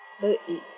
so it